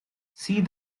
see